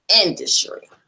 Industry